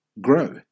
grow